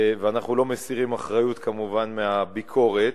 ואנחנו לא מסירים כמובן אחריות לביקורת,